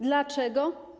Dlaczego?